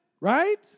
Right